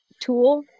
tool